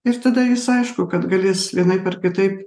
ir tada jis aišku kad gali vienaip ar kitaip